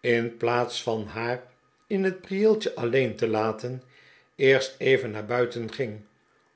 in plaats van haar in het prieeltje alleen te laten eerst even naar buiten ging